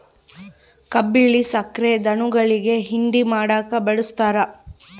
ಕಬ್ಬಿಲ್ಲಿ ಸಕ್ರೆ ಧನುಗುಳಿಗಿ ಹಿಂಡಿ ಮಾಡಕ ಬಳಸ್ತಾರ